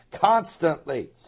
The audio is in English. constantly